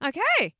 Okay